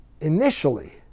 initially